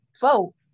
vote